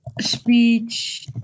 speech